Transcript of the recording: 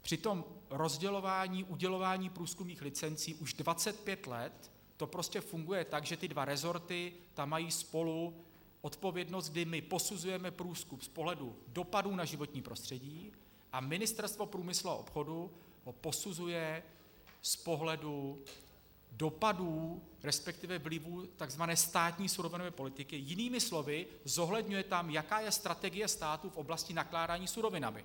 Při tom rozdělování, udělování průzkumných licencí už 25 let to prostě funguje tak, že ty dva resorty tam mají spoluodpovědnost, kdy my posuzujeme průzkum z pohledu dopadů na životní prostředí a Ministerstvo průmyslu a obchodu to posuzuje z pohledu dopadů, resp. vlivů tzv. státní surovinové politiky, jinými slovy zohledňuje tam, jaká je strategie státu v oblasti nakládání se surovinami.